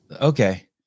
Okay